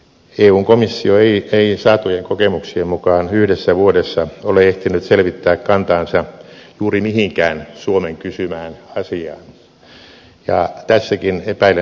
eun komissio ei saatujen kokemuksien mukaan yhdessä vuodessa ole ehtinyt selvittää kantaansa juuri mihinkään suomen kysymään asiaan ja tässäkin epäilen aikataulun pettävän